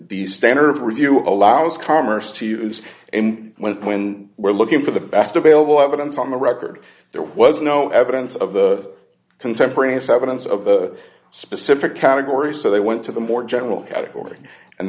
the standard of review allows commerce to use and when we're looking for the best available evidence on the record there was no evidence of the contemporaneous evidence of the specific category so they went to the more general category and